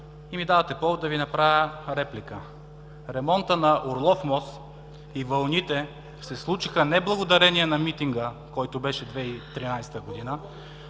и ми давате повод да Ви направя реплика. Ремонтът на Орлов мост и вълните се случиха не благодарение на митинга, който беше в 2013 г.,